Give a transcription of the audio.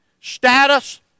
Status